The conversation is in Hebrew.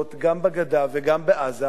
ישלוט גם בגדה וגם בעזה,